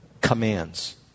commands